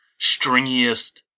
stringiest